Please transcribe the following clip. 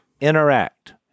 interact